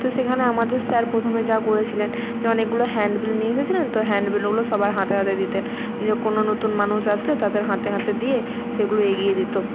তো সেখানে আমাদের স্যার প্রথমে যা করেছিলেন অনেকগুলো হ্যাণ্ডবিল নিয়ে এসেছিলেন তো হ্যাণ্ডবিলগুলো সবার হাতে হাতে দিতেন যে কোনও নতুন মানুষ আসলে তাদের হাতে হাতে দিয়ে সেগুলো এগিয়ে দিত